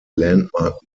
landmark